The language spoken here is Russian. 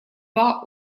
два